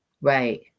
Right